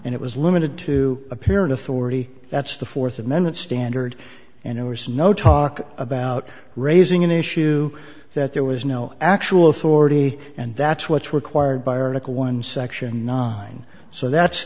and it was limited to apparent authority that's the fourth amendment standard and it was no talk about raising an issue that there was no actual authority and that's what's required by article one section nine so that's